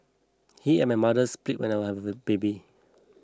he and my mother split when I was a baby